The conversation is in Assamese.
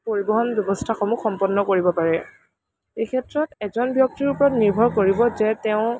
পৰিবহণ ব্য়ৱস্থাসমূহ সম্পন্ন কৰিব পাৰে এই ক্ষেত্ৰত এজন ব্য়ক্তিৰ ওপৰত নিৰ্ভৰ কৰিব যে তেওঁ